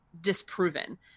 disproven